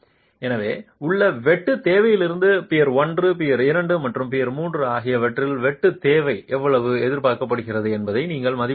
எனவே உங்கள் வெட்டு தேவையிலிருந்து பியர் 1 பியர் 2 மற்றும் பியர் 3 ஆகியவற்றில் வெட்டு தேவை எவ்வளவு எதிர்பார்க்கப்படுகிறது என்பதை நீங்கள் மதிப்பிட முடியும்